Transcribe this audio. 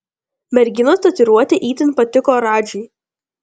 merginos tatuiruotė itin patiko radžiui